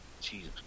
Jesus